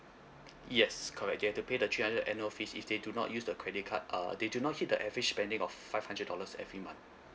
yes correct you have to pay the three hundred annual fees if they do not use the credit card uh they do not hit the average spending of five hundred dollars every month